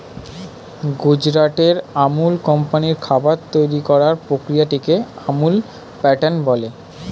গুজরাটের আমুল কোম্পানির খাবার তৈরি করার প্রক্রিয়াটিকে আমুল প্যাটার্ন বলে